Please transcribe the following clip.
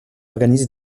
organise